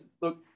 look